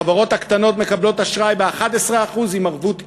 החברות הקטנות מקבלות אשראי ב-11% עם ערבות אישית.